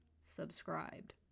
subscribed